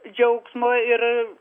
džiaugsmo ir